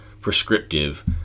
prescriptive